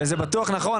וזה בטוח נכון,